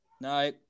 No